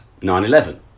9-11